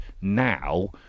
now